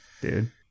dude